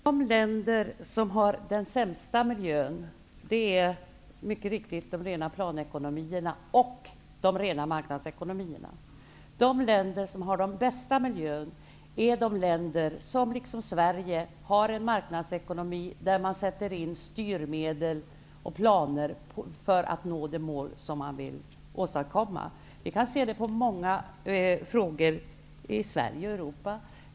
Herr talman! De länder som har den sämsta miljön är mycket riktigt de rena planekonomierna och de rena marknadsekonomierna. De länder som har den bästa miljön är de länder som, liksom Sverige, har en marknadsekonomi där man sätter in styrmedel och planer för att nå de mål som man vill åstadkomma. Vi kan se det på flera områden i Sverige och Europa.